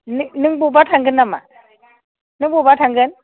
नों बबेयावबा थांगोन नामा नों बबेयावबा थांगोन